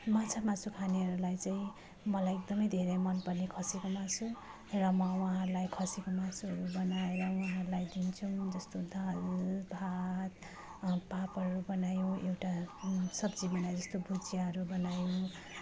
माछा मासु खानेहरूलाई चाहिँ मलाई एकदमै धेरै मन पर्ने खसीको मासु र म उहाँहरूलाई खसीको मासुहरू बनाएर उहाँहरूलाई दिन्छौँ जस्तो दाल भयो भात पापड बनायौँ एउटा सब्जी बनाए जस्तो भुजियाहरू बनायौँ